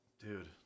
Dude